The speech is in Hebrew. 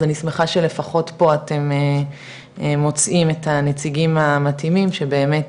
אז אני שמחה שלפחות פה אתם מוצאים את הנציגים המתאימים שבאמת